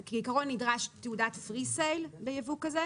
כעיקרון, נדרש תעודת Free Sale בייבוא כזה.